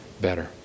better